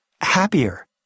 happier